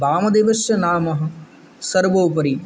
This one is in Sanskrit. वामदेवस्य नामः सर्वोपरि